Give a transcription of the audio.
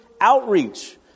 outreach